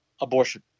abortion